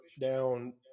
down